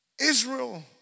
Israel